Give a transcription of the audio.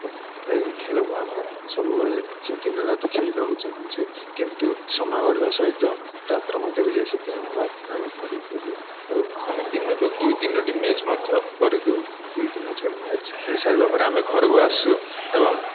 ଏବଂ ଏହି ଖେଳକୁ ଆମେ ସବୁବେଳେ ସବୁଦିନ ରାତି ଖେଳିବାକୁ ଚାହୁଁଛୁ କିନ୍ତୁ ସମୟ ବଢ଼ିବା ସହିତ ରାତ୍ର ମଧ୍ୟ ହୋଇଯାଏ ସେଥିରେ ଆମ ବାଧ୍ୟରେ ଆମେ ଘରକୁ ଫେରୁ ଆମେ ଦିନକୁ ଦୁଇ ତିନୋଟି ମ୍ୟାଚ୍ ମଧ୍ୟ କରିଦେଉ ଦୁଇ ତିନୋଟି ମ୍ୟାଚ୍ ଖେଳି ସାରିବା ପରେ ଆମେ ଘରକୁ ଆସୁ ଏବଂ